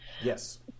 Yes